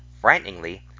frighteningly